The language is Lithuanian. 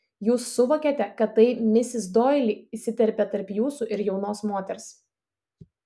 jūs suvokėte kad tai misis doili įsiterpė tarp jūsų ir jaunos moters